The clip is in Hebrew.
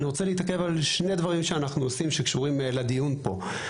אני רוצה להתעכב על שני דברים שאנחנו עושים שקשורים לדיון פה.